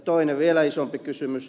toinen vielä isompi kysymys